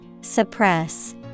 Suppress